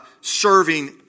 serving